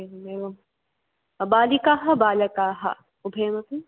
एवं एवं बालिकाः बालकाः उभयमपि